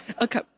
Okay